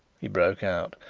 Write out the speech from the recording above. he broke out.